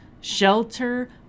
shelter